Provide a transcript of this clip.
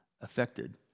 affected